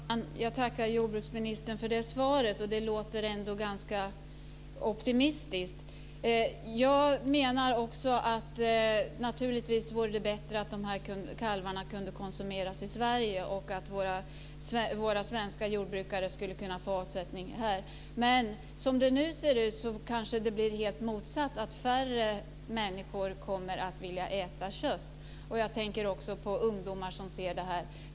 Fru talman! Jag tackar jordbruksministern för svaret. Det låter ändå ganska optimistiskt. Jag menar också att det naturligtvis vore bättre om kalvarna kunde konsumeras i Sverige och att våra svenska jordbrukare skulle kunna få avsättning här. Som det nu ser ut kanske det blir en helt motsatt situation, dvs. att färre människor kommer att vilja äta kött. Jag tänker också på ungdomarna.